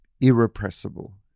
irrepressible